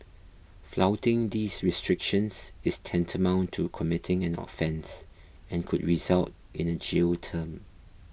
flouting these restrictions is tantamount to committing an offence and could result in a jail term